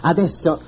Adesso